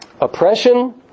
oppression